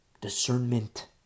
Discernment